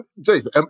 Jason